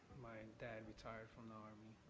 my dad retired from the army.